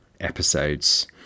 episodes